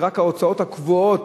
כשרק ההוצאות הקבועות